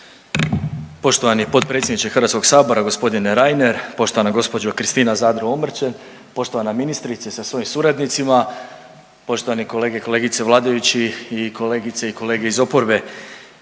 Poštovani potpredsjedniče Hrvatskog sabora gospodine Reiner, poštovana gospođo Kristina Zadro Omrčen, poštovana ministrice sa svojim suradnicima, poštovane kolege i kolegice vladajući i kolegice i kolege iz oporbe,